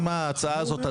ואם הסכמתם לדבר הזה,